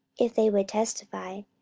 if they would testify,